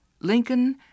Lincoln